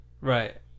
Right